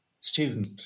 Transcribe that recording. student